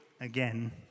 again